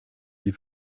die